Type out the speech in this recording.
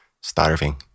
starving